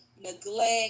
neglect